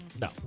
no